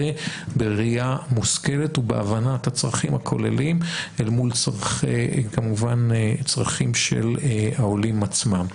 בראייה מושכלת ובהבנת הצרכים הכוללים אל מול צרכים של העולים עצמם.